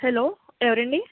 hello ఎవరండి